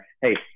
Hey